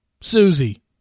Susie